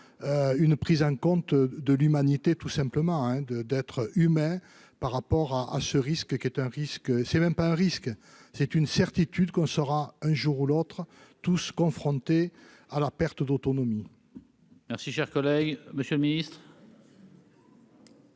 une prise en compte de l'humanité tout simplement hein de d'être humain par rapport à à ce risque qui est un risque, c'est même pas un risque, c'est une certitude qu'on saura un jour ou l'autre tous confrontés à la perte d'autonomie. Merci, cher collègue, Monsieur le Ministre.